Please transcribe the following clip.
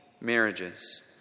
marriages